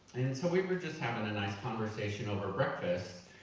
and so we were just having a nice conversation over breakfast,